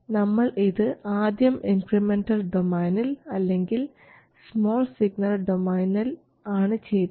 നമ്മൾ ഇത് ആദ്യം ഇൻക്രിമെൻറൽ ഡൊമൈനിൽ അല്ലെങ്കിൽ സ്മാൾ സിഗ്നൽ ഡൊമൈനിൽ ആണ് ചെയ്തത്